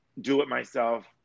do-it-myself